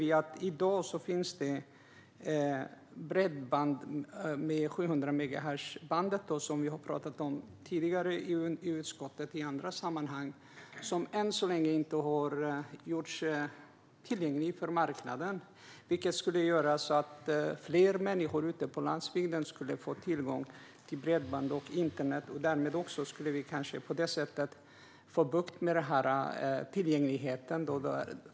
I dag finns det bredband via 700-megahertzbandet, vilket vi tidigare i andra sammanhang har talat om i utskottet. Det har än så länge inte gjorts tillgängligt för marknaden. Detta skulle göra att fler människor ute på landsbygden får tillgång till bredband och internet. På det sättet skulle vi kanske också få bukt med tillgänglighetsproblemen.